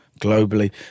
globally